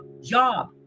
job